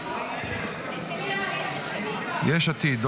יש עתיד: